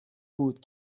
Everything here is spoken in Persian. بود